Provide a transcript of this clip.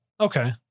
Okay